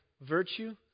virtue